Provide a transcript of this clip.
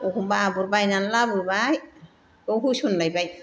एखमब्ला आबर बायनानै लाबोबाय बाव होसनलायबाय